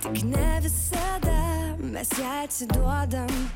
tik ne visada mes jai atsiduodam